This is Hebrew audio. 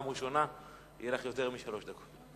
שלום,